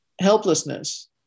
helplessness